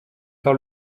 par